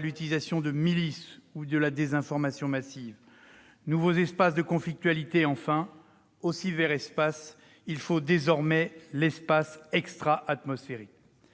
l'utilisation de milices ou la désinformation massive. Nouveaux espaces de conflictualité : face au cyberespace, il faut aussi désormais l'espace extra-atmosphérique.